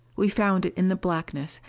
we found it in the blackness,